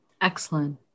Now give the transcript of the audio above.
Excellent